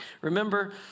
Remember